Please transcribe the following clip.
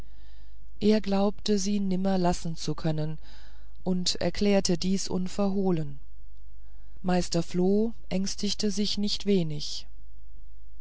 er glaubte sie nimmer mehr lassen zu können und erklärte dies unverhohlen meister floh ängstigte sich nicht wenig